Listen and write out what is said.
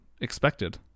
expected